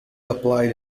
applied